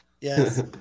Yes